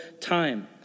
time